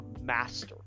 master